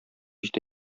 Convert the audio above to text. җитә